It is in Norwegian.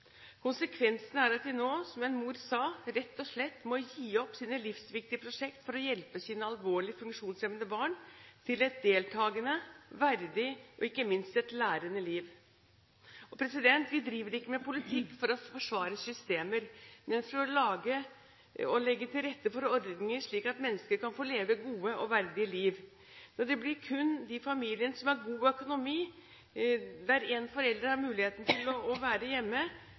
Konsekvensen er at de nå, som en mor sa, rett og slett må gi opp sine livsviktige prosjekter for å hjelpe sine alvorlig funksjonshemmede barn til et deltakende, verdig og ikke minst et lærende liv. Vi driver ikke med politikk for å forsvare systemer, men for å legge til rette for ordninger slik at mennesker kan få leve gode og verdige liv. Når det blir kun de familiene som har god økonomi – der en forelder har muligheten til å være hjemme